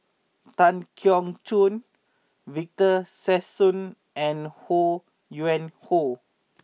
Tan Keong Choon Victor Sassoon and Ho Yuen Hoe